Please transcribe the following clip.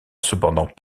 cependant